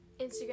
Instagram